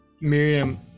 Miriam